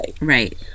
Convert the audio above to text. Right